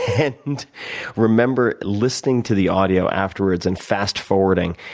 and remember listening to the audio afterwards and fast forwarding,